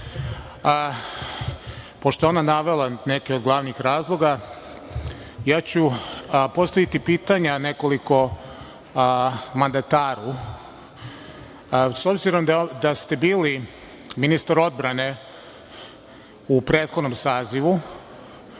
Pošto je ona navela neke od glavnih razloga, ja ću postaviti nekoliko pitanja mandataru.S obzirom da ste bili ministar odbrane u prethodnom sazivu,